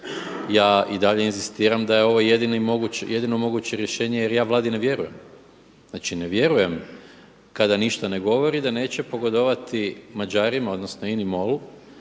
ja i dalje inzistiram da je ovo jedino moguće rješenje jer ja Vladi ne vjerujem. Znači ne vjerujem kada ništa ne govori da neće pogodovati Mađarima odnosno INA-MOL-u